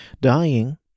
dying